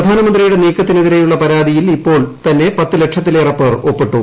പ്രധാനമന്ത്രിയുടെ നീക്കത്തിനെതിരെയുള്ള പരാതിയിൽ ഇപ്പോൾ തന്നെ പത്തു ലക്ഷത്തിലേറെ പേർ ഒപ്പിട്ടു